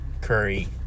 Curry